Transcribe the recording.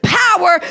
power